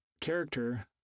character